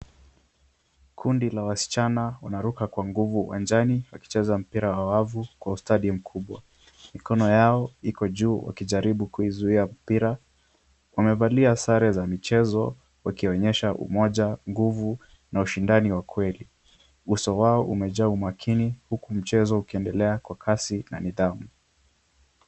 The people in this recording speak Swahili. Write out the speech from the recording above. Kundi la wasichana wanaruka kwa nguvu uwanjani, wakicheza mpira wa wavu kwa ustadi mkubwa. Mikono yao iko juu wakijaribu kuizuia mpira. Wamevalia sare za mpira wakionyesha umoja, nguvu na ushindani wa kweli. Uso wao umejaa umakini, huku mchezo ukiendelea kwa kasi na nidhamu.